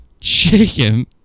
chicken